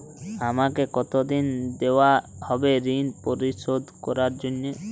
আমাকে কতদিন দেওয়া হবে ৠণ পরিশোধ করার জন্য?